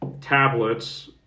tablets